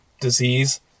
disease